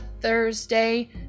Thursday